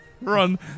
run